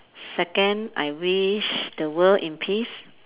second I wish the world in peace